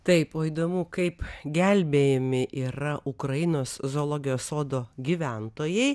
taip o įdomu kaip gelbėjami yra ukrainos zoologijos sodo gyventojai